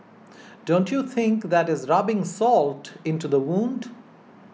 don't you think that is rubbing salt into the wound